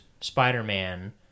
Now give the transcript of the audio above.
Spider-Man